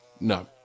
no